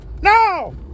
No